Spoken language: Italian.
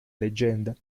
leggenda